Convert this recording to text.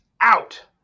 out